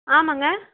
ஆமாங்க